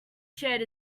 shared